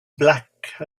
black